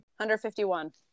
151